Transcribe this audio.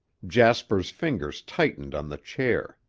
jasper's fingers tightened on the chair.